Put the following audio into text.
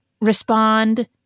respond